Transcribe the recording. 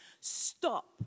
stop